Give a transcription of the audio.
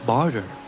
Barter